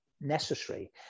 necessary